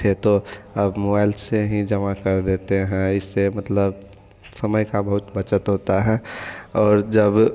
थे तो मोआईल से हीं जमा कर देते हैं इससे मतलब समय का बहुत बचत होता है और जब